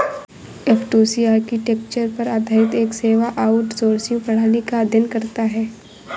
F two C architecture पर आधारित एक सेवा आउटसोर्सिंग प्रणाली का अध्ययन करता है